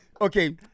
Okay